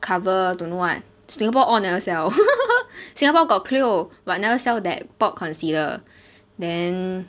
cover don't know what singapore all never sell singapore got Cleo but never sell that pot concealer then